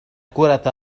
كرة